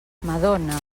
madona